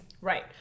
Right